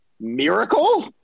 Miracle